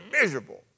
miserable